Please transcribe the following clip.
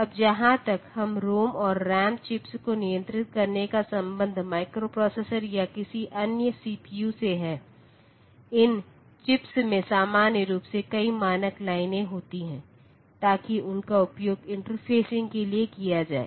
अब जहाँ तक इस रोम और रैम चिप्स को नियंत्रित करने का संबंध माइक्रोप्रोसेसर या किसी अन्य सीपीयू से है इन चिप्स में सामान्य रूप से कई मानक लाइनें होती हैं ताकि उनका उपयोग इंटरफेसिंग के लिए किया जाए